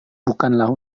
bukanlah